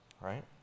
right